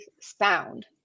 sound